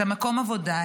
את מקום העבודה,